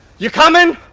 you comin'!